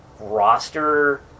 roster